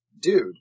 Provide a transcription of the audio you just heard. dude